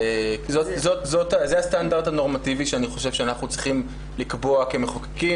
זה הסטנדרט הנורמטיבי שאני חושב שאנחנו צריכים לקבוע כמחוקקים,